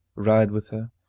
ride with her,